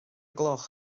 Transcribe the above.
gloch